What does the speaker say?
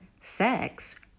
sex